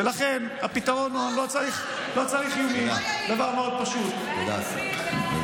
ולכן הפתרון הוא, זהו, עבר הזמן.